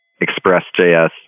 Express.js